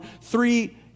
three